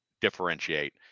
differentiate